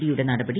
D യുടെ നടപടി